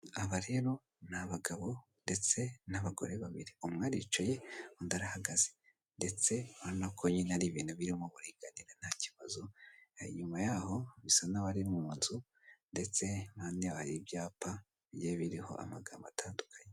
Aba rero ni abagabo ndetse n'abagore babiri. Umwe aricaye, undi arahagaze ndetse urabona ko nyine ari ibintu birimo uburinganire nta kibazo, hari inyuma yaho yaho bisa nkaho ari munzu ndetse impande hari ibyapa bigiye biriho amagambo atandukanye.